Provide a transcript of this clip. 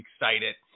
excited